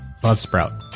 Buzzsprout